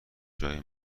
جای